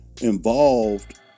involved